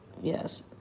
Yes